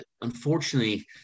unfortunately